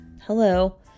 hello